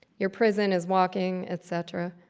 your prison is walking, et cetera.